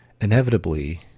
inevitably